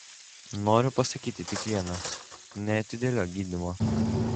noriu pasakyti tik viena neatidėliok gydymo